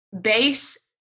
base